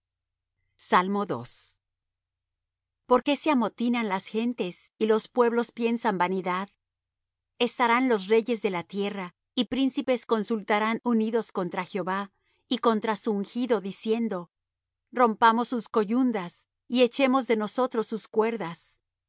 malos perecerá por qué se amotinan las gentes y los pueblos piensan vanidad estarán los reyes de la tierra y príncipes consultarán unidos contra jehová y contra su ungido diciendo rompamos sus coyundas y echemos de nosotros sus cuerdas